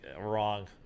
Wrong